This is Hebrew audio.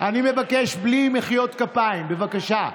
אני מבקש בלי מחיאות כפיים, בבקשה,